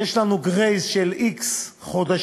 יש לנו "גרייס" של x חודשים,